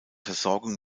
versorgung